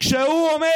הוא גם אמר: